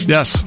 Yes